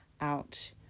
out